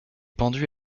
pendu